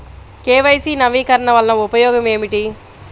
KYC నవీకరణ వలన ఉపయోగం ఏమిటీ?